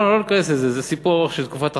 לא ניכנס לזה, זה סיפור ארוך של תקופת החורבן.